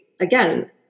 again